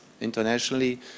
internationally